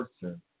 person